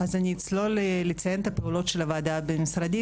אני אצלול לציין את הפעולות של הוועדה הבין-משרדית,